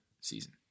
season